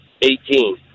Eighteen